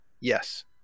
yes